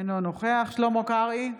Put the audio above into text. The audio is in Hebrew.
אינו נוכח שלמה קרעי,